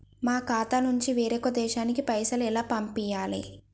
మా ఖాతా నుంచి వేరొక దేశానికి పైసలు ఎలా పంపియ్యాలి?